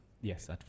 Yes